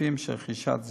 ספציפיים של רכישת זיהומים.